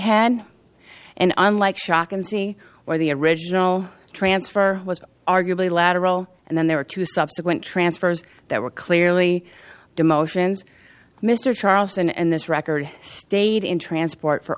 had and unlike shock and see where the original transfer was arguably lateral and then there were two subsequent transfers that were clearly demotions mr charleston and this record stayed in transport for